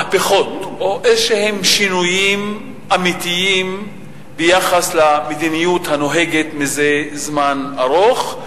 מהפכות או שינויים אמיתיים ביחס למדיניות הנוהגת מזה זמן ארוך.